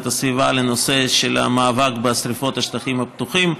הסביבה לנושא של המאבק בשרפות בשטחים הפתוחים.